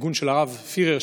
ארגון של הרב פירר,